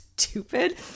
stupid